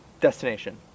destination